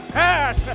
pass